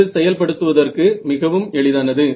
இது செயல்படுத்துவதற்கு மிகவும் எளிதானது